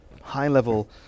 high-level